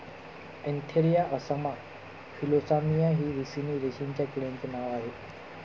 Antheraea assama Philosamia हे ricini रेशीमच्या किड्यांचे नाव आह